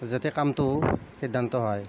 যাতে কামটো সিদ্ধান্ত হয়